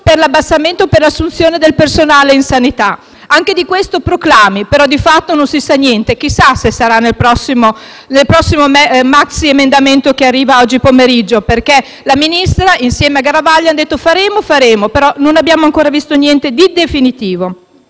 con il tetto per l'assunzione del personale in sanità: anche su questo, proclami, ma di fatto non si sa niente. Chissà se sarà nel prossimo maxiemendamento, che arriva oggi pomeriggio, perché la Ministra, insieme a Garavaglia, aveva detto «faremo, faremo», però non abbiamo ancora visto niente di definitivo.